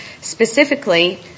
specifically